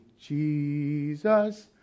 Jesus